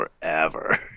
forever